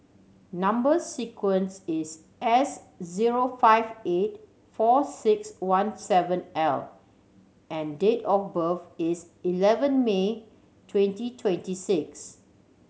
number sequence is S zero five eight four six one seven L and date of birth is eleven May twenty twenty six